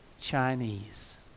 Chinese